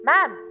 Ma'am